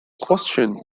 question